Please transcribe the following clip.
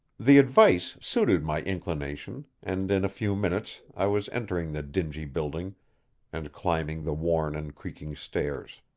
the advice suited my inclination, and in a few minutes i was entering the dingy building and climbing the worn and creaking stairs.